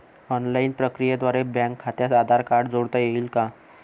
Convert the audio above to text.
Online प्रक्रियेद्वारे bank खात्यास Aadhaar card जोडता येईल का?